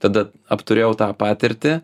tada apturėjau tą patirtį